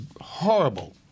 horrible